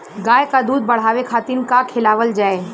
गाय क दूध बढ़ावे खातिन का खेलावल जाय?